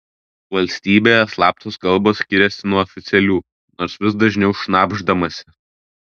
valstybėje slaptos kalbos skiriasi nuo oficialių nors vis dažniau šnabždamasi